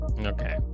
Okay